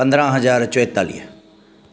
पंद्रहं हज़ार चोएतालीह